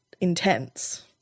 intense